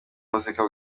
muzika